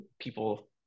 people